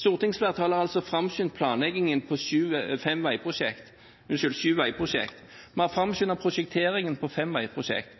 Stortingsflertallet har altså framskyndet planleggingen av sju veiprosjekter, og vi har framskyndet prosjekteringen av fem veiprosjekter.